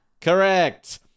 Correct